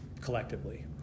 collectively